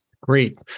great